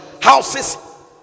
houses